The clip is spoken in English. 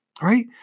Right